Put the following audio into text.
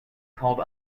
called